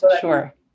Sure